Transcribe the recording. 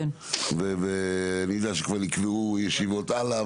אני יודע שכבר נקבעו ישיבות הלאה,